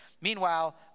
Meanwhile